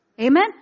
Amen